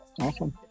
Awesome